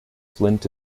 flint